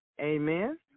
Amen